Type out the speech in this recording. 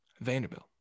Vanderbilt